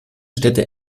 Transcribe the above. städte